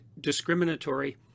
discriminatory